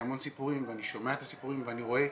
המון סיפורים ואני שומע את הסיפורים ואני רואה,